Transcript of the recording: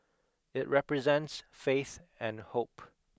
it represents faith and hope